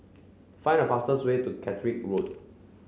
find the fastest way to Catterick Road